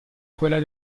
quella